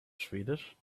schwedisch